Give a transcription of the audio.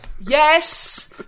Yes